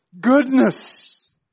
Goodness